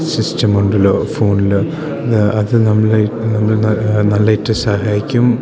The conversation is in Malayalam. സിസ്റ്റം ഉണ്ടല്ലോ ഫോണിൽ അത് നമ്മൾ എന്നിരുന്നാലും നല്ലതായിട്ട് സഹായിക്കും